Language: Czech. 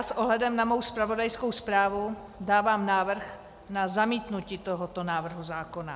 S ohledem na svou zpravodajskou zprávu dávám návrh na zamítnutí tohoto návrhu zákona.